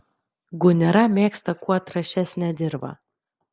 gunera mėgsta kuo trąšesnę dirvą